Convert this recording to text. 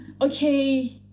Okay